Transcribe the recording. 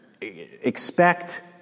expect